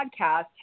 podcast